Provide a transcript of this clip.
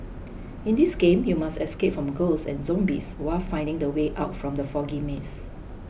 in this game you must escape from ghosts and zombies while finding the way out from the foggy maze